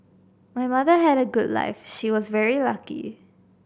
my mother had a good life she was very lucky